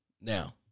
Now